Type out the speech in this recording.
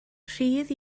rhydd